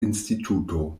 instituto